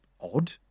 odd